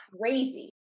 crazy